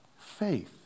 faith